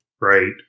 Right